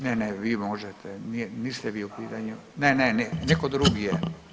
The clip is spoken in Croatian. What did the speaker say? Ne, ne, vi možete niste vi u pitanju, ne, ne, netko drugi je.